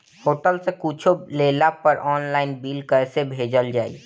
Hotel से कुच्छो लेला पर आनलाइन बिल कैसे भेजल जाइ?